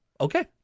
Okay